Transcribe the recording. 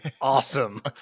Awesome